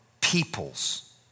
peoples